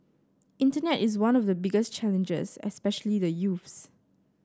internet is one of the biggest challenges especially the youths